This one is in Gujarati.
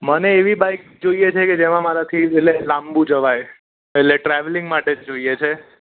મને એવી બાઇક જોઈએ છે કે જેમાં મારાથી એટલે લાંબુ જવાય એટલે ટ્રાવેલિંગ માટે જ જોઈએ છે